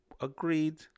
agreed